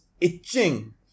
itching